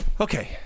Okay